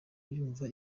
yumva